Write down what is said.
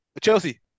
Chelsea